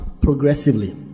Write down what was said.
progressively